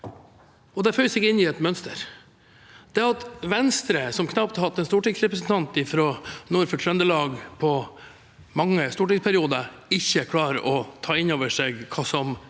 Det føyer seg inn i et mønster. Det at Venstre, som knapt har hatt en stortingsrepresentant nord for Trøndelag på mange stortingsperioder, ikke klarer å ta inn over seg hva som